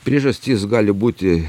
priežastys gali būti